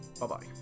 Bye-bye